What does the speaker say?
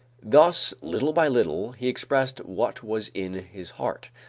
thus, little by little, he expressed what was in his heart,